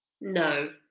No